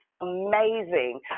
amazing